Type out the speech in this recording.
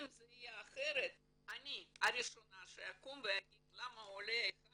אם זה יהיה אחרת אני הראשונה שתקום להגיד למה עולה אחד